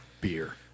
beer